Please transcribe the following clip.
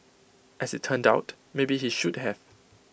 as IT turned out maybe he should have